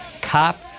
cop